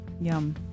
Yum